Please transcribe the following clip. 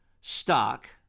stock